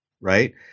right